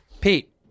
Pete